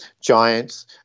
giants